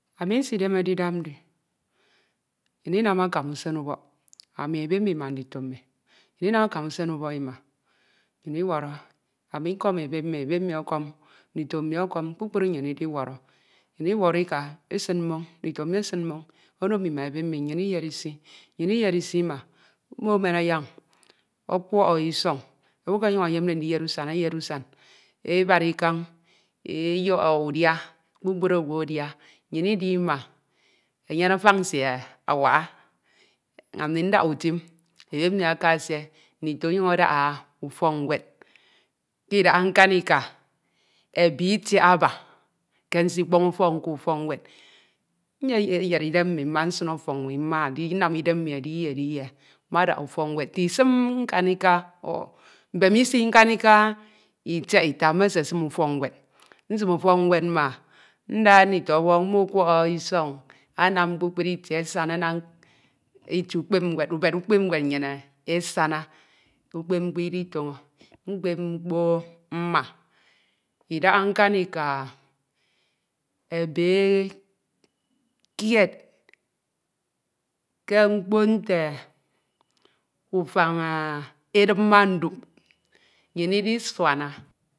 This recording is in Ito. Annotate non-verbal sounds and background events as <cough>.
Ami nsidemede idap ndi, nnyin inam akam usen ubọk ami ebe mmi ma ndito mmi. Nnyin inam akam usen ubọk ima, nnyin iwọrọ, ami nkọ ebe mmi, ebe mmi ọkọm, ndito mmi ọkọm, kpukpru nnyin idiwọrọ, nnyin iwọrọ ika, esin mmoñ, ndito mmi esin mmoñ ono ami ma ebe mmi nnyin iyere isi, nnyin iyere isi ima, mmo emen anyañ ọkwọk isọñ, owu eke ọnyuñ eyemde ndiyed usan, eyed usan, ebara ikañ eyọk udia kpukpru owu adia, nnyin idia ima, enyen afañ nsie awaha. Ami ndaha utim, ebe mmi aka esie, ndito ọnyuñ adaha ufọk ñwed. Ke idaha nkanika ebe itiaba ke nsikpọñ ufọk ndaha ufọk ñwed. Nyeyere idem mmi mma nsine ọfọñ mmi mma nnam idem mmi ediyie ediyie mmadaha ufọk ñwed, etisim ọ mbemisi nkanika itiaita mmesesim ufọk ñwed. Nsim ufọk ñwed nda nitọwọñ mmo ọkwọk isọñ anam kpukpru itie asana, enam anam itie ukpep, ubed ukpep ñwed nnyin esana. Ukpep mkpo iditoño, mkpep mkpo mma, idaha nkanika ebe <hesitation> kied ke mkpo nte ufañ <hesitation> edip ma ndup, nnyin isuana.